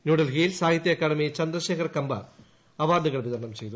ന്യൂഡൽഹിയിൽ സാഹിത്യ അക്കാദമി ചെയർമാൻ ചന്ദ്രശേഖർ കമ്പാർ അവാർഡുകൾ വിത്രുണം ചെയ്തു